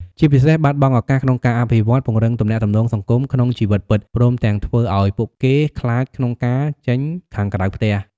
ជាពិសេស បាត់បង់ឱកាសក្នុងការអភិវឌ្ឍ ពង្រឹងទំនាក់ទំនងសង្គមក្នុងជីវិតពិត ព្រមទាំងធ្វើឲ្យពួកគេខ្លាចក្នុងការចេញខាងក្រៅផ្ទះ។